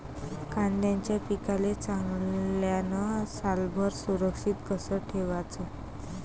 कांद्याच्या पिकाले चांगल्यानं सालभर सुरक्षित कस ठेवाचं?